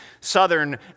Southern